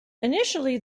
initially